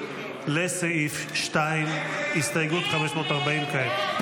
לסעיף 2. הסתייגות 540 כעת.